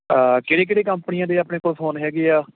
ਕਿਹੜੇ ਕਿਹੜੇ ਕੰਪਨੀਆਂ ਦੇ ਆਪਣੇ ਕੋਲ ਫੋਨ ਹੈਗੇ ਆ